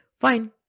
fine